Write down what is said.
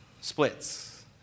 splits